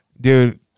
dude